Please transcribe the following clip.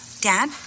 Dad